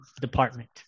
department